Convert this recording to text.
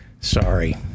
Sorry